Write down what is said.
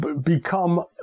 become